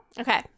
Okay